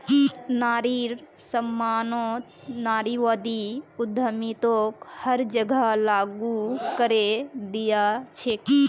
नारिर सम्मानत नारीवादी उद्यमिताक हर जगह लागू करे दिया छेक